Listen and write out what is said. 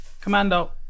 commando